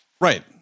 Right